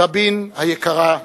רבין היקרה,